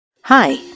Hi